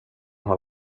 har